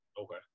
Okay